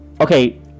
okay